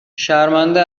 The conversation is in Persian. شرمنده